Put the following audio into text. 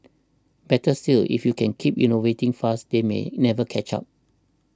better still if you can keep innovating fast they may never catch up